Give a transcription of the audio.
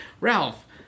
Ralph